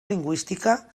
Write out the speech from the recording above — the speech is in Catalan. lingüística